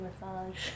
massage